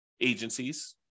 agencies